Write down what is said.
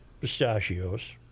pistachios